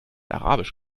arabisch